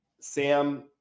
Sam